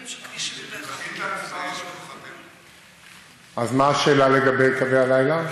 של כביש 71. מה השאלה לגבי קווי הלילה?